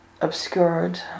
obscured